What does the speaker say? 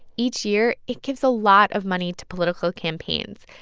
each year, it gives a lot of money to political campaigns.